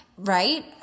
Right